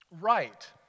right